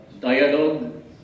dialogue